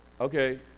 Okay